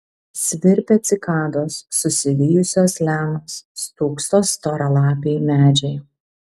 svirpia cikados susivijusios lianos stūkso storalapiai medžiai